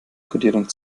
kodierung